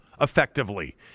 effectively